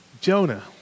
Jonah